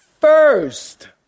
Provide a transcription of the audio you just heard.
first